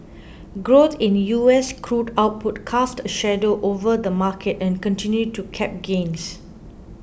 growth in U S crude output cast a shadow over the market and continued to cap gains